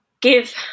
give